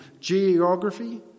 geography